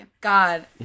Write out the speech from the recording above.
God